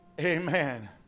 Amen